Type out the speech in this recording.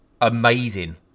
Amazing